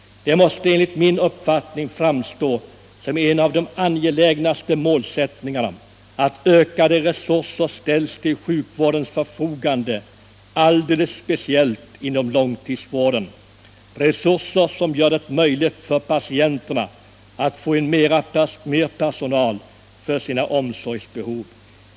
Det är enligt min uppfattning en av de angelägnaste målsättningarna att ökade resurser ställs till sjukvårdens förfogande, speciellt inom långtidsvården, resurser som gör det möjligt för patienterna att få mer personal för sina omsorgsbehov.